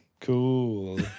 Cool